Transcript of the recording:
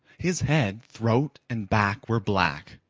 his head, throat and back were black.